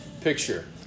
picture